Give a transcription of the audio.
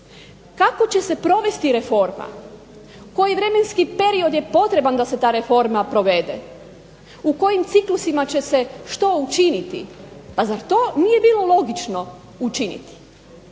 kako će se provesti reforma, koji vremenski period je potreban da se ta reforma provede, u kojim ciklusima će se što učiniti? Pa zar to nije bilo logično učiniti,